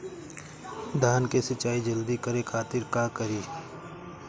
धान के सिंचाई जल्दी करे खातिर का करी?